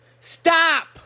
stop